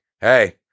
hey